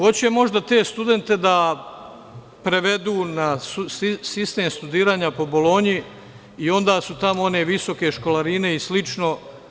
Možda hoće te studente da prevedu na sistem studiranja po Bolonji i onda su tamo one visoke školarine i slično.